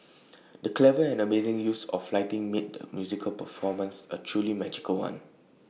the clever and amazing use of lighting made the musical performance A truly magical one